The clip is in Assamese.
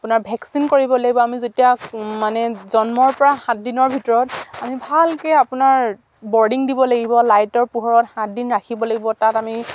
আপোনাৰ ভেকচিন কৰিব লাগিব আমি যেতিয়া মানে জন্মৰ পৰা সাতদিনৰ ভিতৰত আমি ভালকে আপোনাৰ বৰ্ডিং দিব লাগিব লাইটৰ পোহৰত সাতদিন ৰাখিব লাগিব তাত আমি